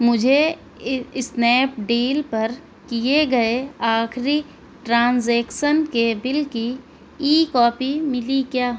مجھے Snapdeal پر کیے گیے آخری ٹرانزیکسن کے بل کی ای کاپی ملی کیا